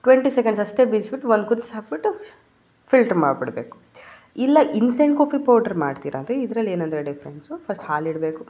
twenty seconds ಅಷ್ಟೇ ಬೇಯಿಸ್ಬಿಟ್ಟು ಒಂದು ಕುದ್ಸಿ ಹಾಕಿಬಿಟ್ಟು ಫಿಲ್ಟ್ರ್ ಮಾಡ್ಬಿಡಬೇಕು ಇಲ್ಲ ಇನ್ಸ್ಟೆಂಟ್ ಕಾಫಿ ಪೌಡ್ರ್ ಮಾಡ್ತೀರಂದರೆ ಇದ್ರಲ್ಲಿ ಏನಂದರೆ ಡಿಫ್ರೆನ್ಸು ಫಸ್ಟ್ ಹಾಲಿಡಬೇಕು